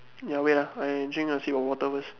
ya wait ah I drink a sip of water first